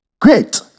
Great